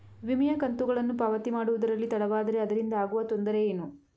ವಿಮೆಯ ಕಂತುಗಳನ್ನು ಪಾವತಿ ಮಾಡುವುದರಲ್ಲಿ ತಡವಾದರೆ ಅದರಿಂದ ಆಗುವ ತೊಂದರೆ ಏನು?